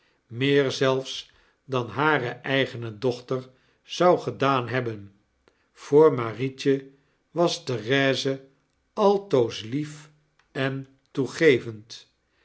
meer zelfs dan hare eigene dochter zou gedaan hebben voor marietje was therese altoos lief en toegevend